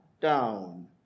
down